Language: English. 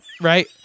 Right